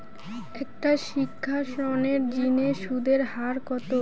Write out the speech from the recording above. একটা শিক্ষা ঋণের জিনে সুদের হার কত?